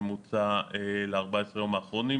ממוצע ל-14 יום האחרונים,